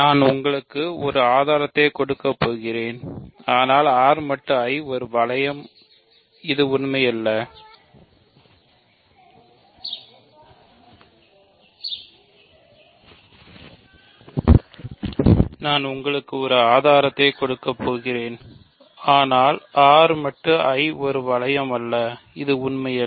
நான் உங்களுக்கு ஒரு ஆதாரத்தை கொடுக்கப் போகிறேன் ஆனால் R மட்டு I ஒரு வளையம் இது உண்மையல்ல